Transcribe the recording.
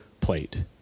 plate